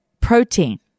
protein